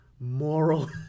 moral